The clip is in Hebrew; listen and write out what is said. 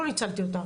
לא ניצלתי אותה,